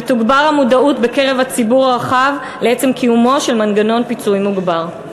ותוגבר המודעות בקרב הציבור הרחב לעצם קיומו של מנגנון פיצוי מוגבר,